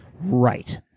Right